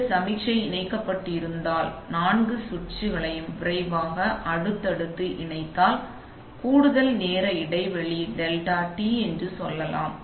இந்த சமிக்ஞை இணைக்கப்பட்டிருந்தால் நான்கு சுவிட்சுகளையும் விரைவாக அடுத்தடுத்து இணைத்தால் கூடுதல் நேர இடைவெளி டெல்டா டி ஐ 4 ஆல் வகுத்தால் இந்த டெல்டா டி க்குள் ஒட்டு மொத்த நேர இடைவெளி டெல்டா டி என்று சொல்லலாம்